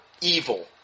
evil